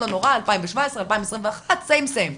לא נורא, 2017, 2021, same-same?